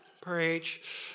Preach